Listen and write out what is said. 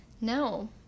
No